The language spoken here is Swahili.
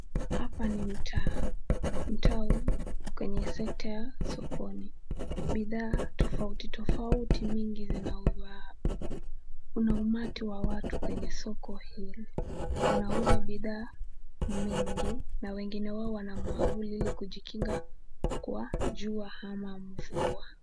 Hapa ni mtaa. Mtaa huu kwenye sekta ya sokoni. Bidhaa mingi tofauti tofauti mingi zinauzwa. Kuna umati wa watu kwenye soko hili. Wanauza bidhaa nyingi, na wengi wao wako na mwavuli ili kujikinga kwa jua ama mvua.